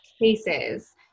cases